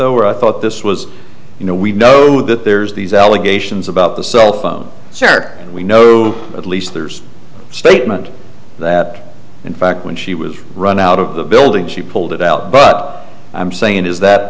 t i thought this was you know we know that there's these allegations about the cell phone charger we know at least there's a statement that in fact when she was run out of the building she pulled it out but i'm saying is that